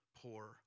poor